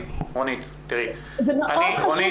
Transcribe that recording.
אני מבין